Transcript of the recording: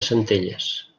centelles